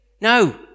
No